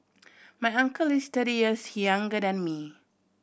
my uncle is thirty years he younger than me